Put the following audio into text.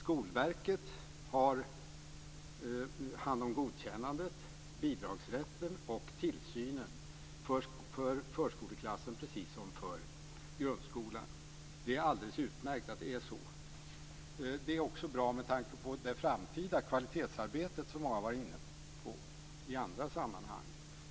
Skolverket har hand om godkännandet, bidragsrätten och tillsynen för förskoleklassen precis som för grundskolan. Det är alldeles utmärkt att det är så. Det är också bra med tanke på det framtida kvalitetsarbetet, som många har varit inne på i andra sammanhang.